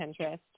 Pinterest